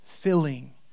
filling